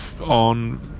on